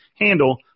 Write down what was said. handle